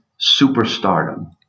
superstardom